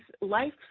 life